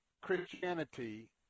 Christianity